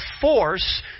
force